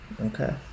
Okay